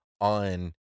on